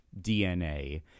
DNA